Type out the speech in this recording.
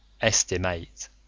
estimate